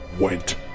went